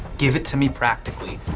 give it to me practically.